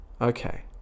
okay